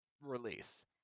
release